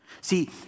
See